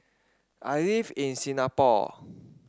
I live in Singapore